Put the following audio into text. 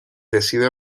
decide